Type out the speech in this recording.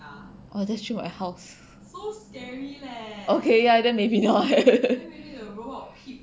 that's true my house okay ya then maybe